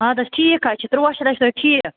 اَدٕ حظ ٹھیٖک حظ چھُ تُرٛواہ شتھ حظ چھُ توتہِ ٹھیٖک